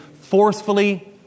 forcefully